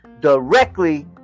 directly